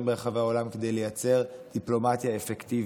ברחבי העולם כדי לייצר דיפלומטיה אפקטיבית.